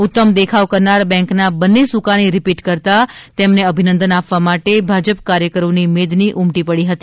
ઉત્તમ દેખાવ કરનાર બઁક ના બંને સુકાની રિપીટ કરતાં તેમને અભિનંદન આપવા માટે ભાજપ કાર્યકરો ની મેદની ઉમટી પડી હતી